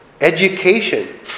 education